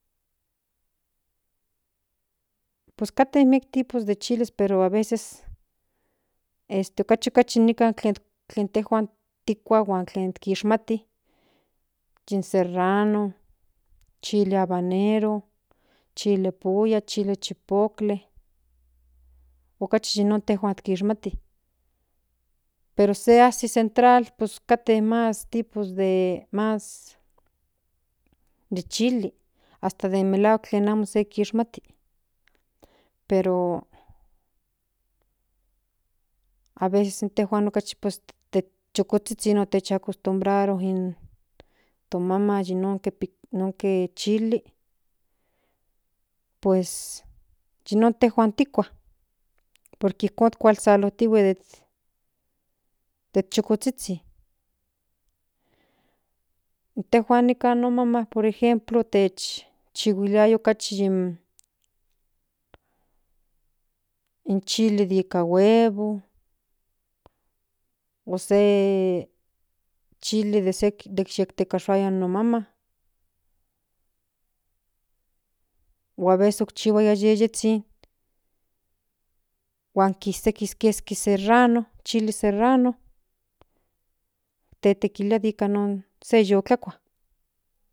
Pues kate miek tipo de chili pero aveces okate kate miek ken tejuan tikua huan tlen kishmati in serrano chile habanero chile polla de chipotle okachim yi non intejua kishmati pero se azi central pos pues kate mas tipo de chili hasta de malahuak de kishmati pero aveces intejuan okachi pues chukozhizhin otec acostomberaro to maman nonke chili pues yi non tejuan tkua por que ijkon kuasalojtihue de chukozhizhin intejuan nikan no maman por ejemplo techihuiliaya okachi yen in chili de ika huevo o se chili de ik takashuaya no maman o aveces okchihuaya yeyetsin kiseki keski serrano chile serrano tetekilia huan nika non se yu tlakua.